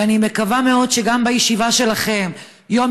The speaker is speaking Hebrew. ואני מקווה מאוד שגם בישיבה שלכן יום